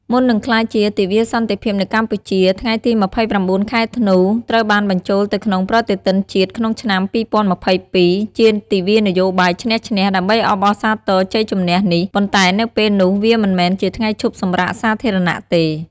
មុននឹងក្លាយជា "ទិវាសន្តិភាពនៅកម្ពុជា" ថ្ងៃទី ២៩ ខែធ្នូ ត្រូវបានបញ្ចូលទៅក្នុងប្រតិទិនជាតិក្នុងឆ្នាំ ២០២២ ជា "ទិវានយោបាយឈ្នះ-ឈ្នះ" ដើម្បីអបអរសាទរជ័យជម្នះនេះ ប៉ុន្តែនៅពេលនោះវាមិនមែនជាថ្ងៃឈប់សម្រាកសាធារណៈទេ។